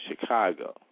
Chicago